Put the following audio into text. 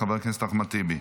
חבר הכנסת אחמד טיבי.